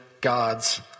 God's